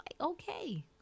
okay